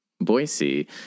Boise